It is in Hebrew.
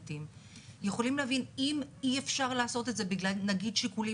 ולכן אני חושב שכן